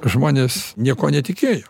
žmonės niekuo netikėjo